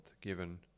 given